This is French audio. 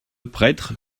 prêtre